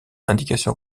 indication